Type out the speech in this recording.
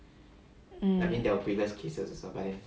mm